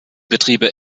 betriebe